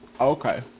okay